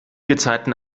gezeiten